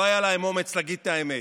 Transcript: לא היה להם אומץ להגיד את האמת.